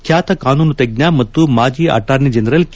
ಖ್ಯಾತ ಕಾನೂನು ತಜ್ಜ ಮತ್ತು ಮಾಜಿ ಅಟಾರ್ನಿ ಜನರಲ್ ಕೆ